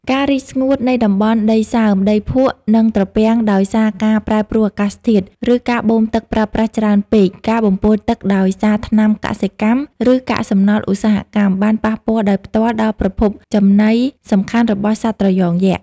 ការរីងស្ងួតនៃតំបន់ដីសើម ដីភក់ ឬត្រពាំងដោយសារការប្រែប្រួលអាកាសធាតុ ឬការបូមទឹកប្រើប្រាស់ច្រើនពេក ការបំពុលទឹកដោយសារថ្នាំកសិកម្ម ឬកាកសំណល់ឧស្សាហកម្ម បានប៉ះពាល់ដោយផ្ទាល់ដល់ប្រភពចំណីសំខាន់របស់សត្វត្រយងយក្ស។